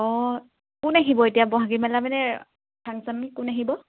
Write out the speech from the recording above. অঁ কোন আহিব এতিয়া ব'হাগী মেলা মানে ফাংশ্যনত কোন আহিব